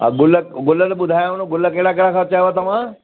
हा गुल गुल त ॿुधायव न गुल कहिड़ा कहिड़ा चयव तव्हां